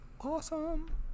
awesome